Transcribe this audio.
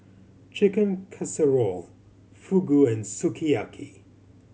Chicken Casserole Fugu and Sukiyaki